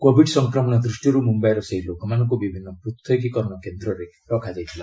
Covid ସଂକ୍ରମଣ ଦୃଷ୍ଟିରୁ ମୁମ୍ୟାଇର ସେହି ଲୋକମାନଙ୍କୁ ବିଭିନ୍ନ ପୃଥକୀକରଣ କେନ୍ଦ୍ରରେ ରଖାଯାଇଥିଲା